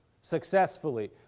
successfully